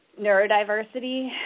neurodiversity